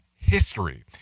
history